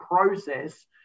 process